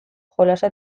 jolasa